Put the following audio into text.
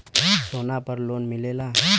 सोना पर लोन मिलेला?